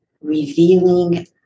revealing